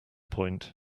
point